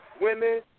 women